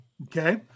Okay